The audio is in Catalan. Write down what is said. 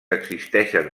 existeixen